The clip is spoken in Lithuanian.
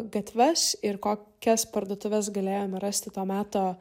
gatves ir kokias parduotuves galėjome rasti to meto